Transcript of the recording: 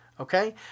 Okay